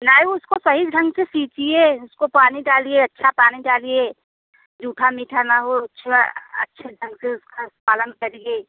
नहीं उसको सही ढ़ंग से सींचिए उसको पानी डालिए अच्छा पानी डालिए झूठा मीठा ना हो अच्छा अच्छे ढंग से उसका पालन करिए